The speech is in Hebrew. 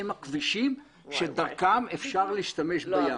הן הכבישים שדרכם אפשר להשתמש בים.